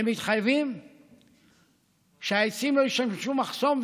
הם מתחייבים שהעצים לא ישמשו מחסום,